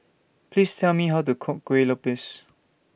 Please Tell Me How to Cook Kueh Lopes